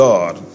God